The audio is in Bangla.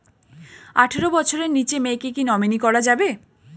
আঠারো বছরের নিচে মেয়েকে কী নমিনি করা যাবে?